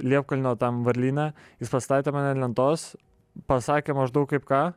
liepkalnio tam varlyne jis pastatė mane ant lentos pasakė maždaug kaip ką